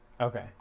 Okay